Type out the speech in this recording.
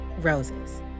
roses